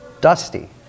dusty